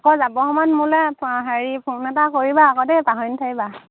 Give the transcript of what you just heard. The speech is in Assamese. আকৌ যাব সময়ত মোলৈ হেৰি ফোন এটা কৰিবা আকৌ দেই পাহৰি নাথাকিবা